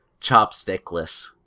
chopstickless